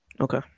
Okay